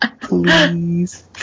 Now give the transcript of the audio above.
please